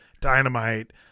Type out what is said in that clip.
Dynamite